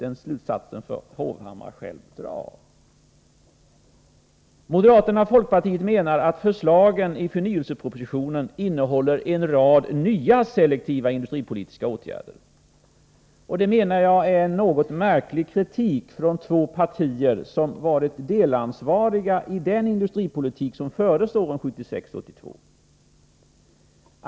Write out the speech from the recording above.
Den slutsatsen får herr Hovhammar själv dra. Moderaterna och folkpartiet menar att förslagen i förnyelsepropositionen innehåller en rad nya selektiva industripolitiska åtgärder. Detta menar jag är en något märklig kritik från två partier som varit delansvariga för den industripolitik som fördes under åren 1976-1982.